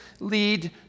lead